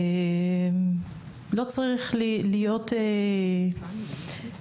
זה שלא צריך להיות גאון